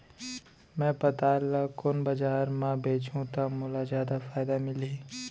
मैं पताल ल कोन बजार म बेचहुँ त मोला जादा फायदा मिलही?